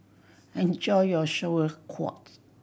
enjoy your Sauerkraut